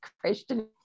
question